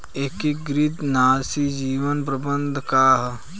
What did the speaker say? एकीकृत नाशी जीव प्रबंधन का ह?